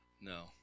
no